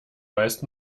meist